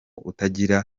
utagira